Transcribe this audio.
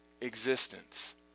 existence